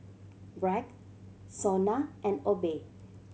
Bragg SONA and Obey